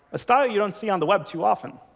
a style you don't see on the web too often.